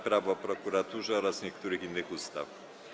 Prawo o prokuraturze oraz niektórych innych ustaw.